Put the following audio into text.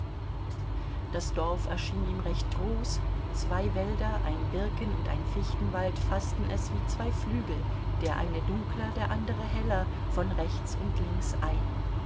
das dorf erschien ihm recht groß zwei wälder ein birken und ein fichtenwald faßten es wie zwei flügel der eine dunkler der andere heller von rechts und links ein